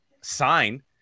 sign